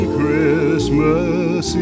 Christmas